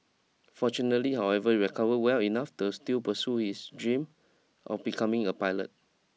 fortunately however he recovered well enough to still pursue his dream of becoming a pilot